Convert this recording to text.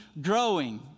growing